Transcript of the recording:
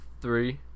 Three